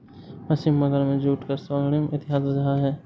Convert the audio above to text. पश्चिम बंगाल में जूट का स्वर्णिम इतिहास रहा है